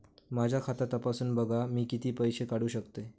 माझा खाता तपासून बघा मी किती पैशे काढू शकतय?